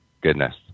goodness